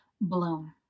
bloom